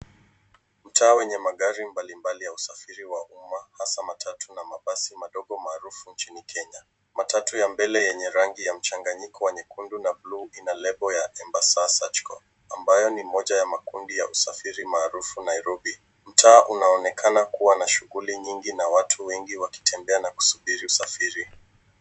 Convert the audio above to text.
Mtaa wenye magari mbalimbali ya usafiri wa umma hasa matatu na mabasi madogo maarufu nchini Kenya. Matatu ya mbele yenye rangi ya mchanganyiko wa nyekundu na bluu ina lebo ya Embassava Sacco ambayo ni moja ya makundi ya usafiri maarufu Nairobi. Mtaa unaonekana kuwa na shughuli nyingi na watu wengi wakitembea na kusubiri usafiri.